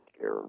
care